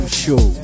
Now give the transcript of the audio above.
show